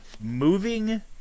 moving